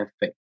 effect